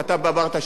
אתה אמרת שנה,